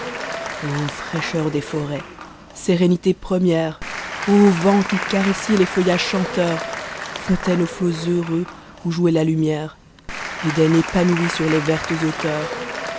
fratcheur des forêts sérénité première au vent qui caressiez les feuillages chanteurs fontatnc aux mots heureux o jouait la tom rp j den épanomi sur les vertes hauteurs